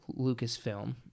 Lucasfilm